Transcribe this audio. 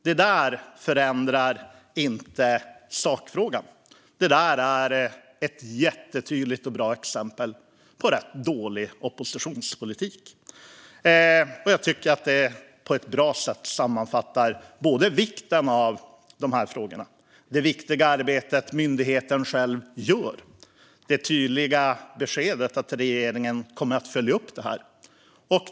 Det där förändrar inte sakfrågan. Det där är ett jättetydligt och bra exempel på rätt dålig oppositionspolitik. Jag tycker att det här på ett bra sätt sammanfattar vikten av dessa frågor, det viktiga arbetet som myndigheten själv gör och det tydliga beskedet att regeringen kommer att följa upp det här.